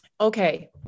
Okay